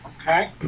Okay